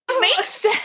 makes